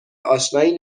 اشنایی